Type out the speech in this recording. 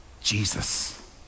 Jesus